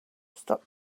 stop